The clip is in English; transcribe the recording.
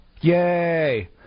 Yay